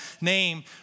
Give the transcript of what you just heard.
name